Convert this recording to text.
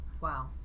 wow